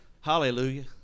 Hallelujah